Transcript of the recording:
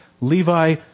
Levi